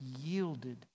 yielded